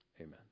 Amen